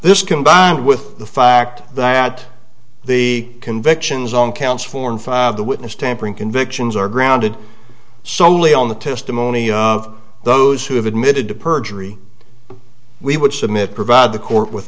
this combined with the fact that the convictions on counts four and five the witness tampering convictions are grounded solely on the testimony of those who have admitted to perjury we would submit provide the court with